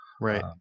Right